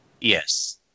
yes